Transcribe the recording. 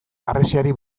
harresiari